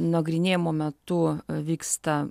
nagrinėjamu metu vyksta